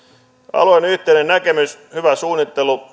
alueen yhteinen näkemys hyvä suunnittelu